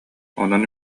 онон